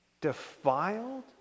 defiled